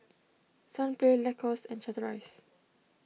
Sunplay Lacostes and Chateraise